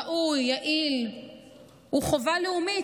ראוי ויעיל הוא חובה לאומית,